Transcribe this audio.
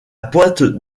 pointe